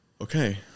okay